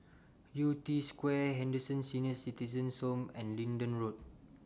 Yew Tee Square Henderson Senior Citizens' Home and Leedon Road